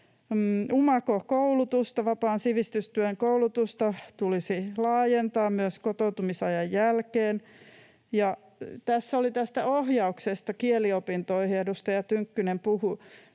vapaan sivistystyön koulutusta, tulisi laajentaa myös kotoutumisajan jälkeen. Ja tässä oli tästä ohjauksesta kieliopintoihin, edustaja Tynkkynen puhui